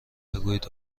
بگویید